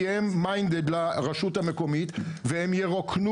כי הם נוטים לרשות המקומית והם ירוקנו